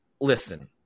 Listen